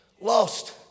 Lost